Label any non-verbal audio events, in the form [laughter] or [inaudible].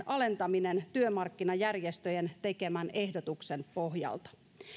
[unintelligible] alentaminen työmarkkinajärjestöjen tekemän ehdotuksen pohjalta